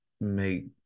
make